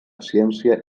ciència